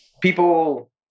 people